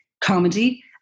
comedy